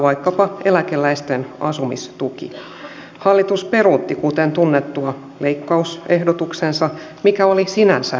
tässä on menossa testi johon meillä tulee olla valmiudet vastata tiukasti